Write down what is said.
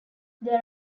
there